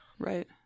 Right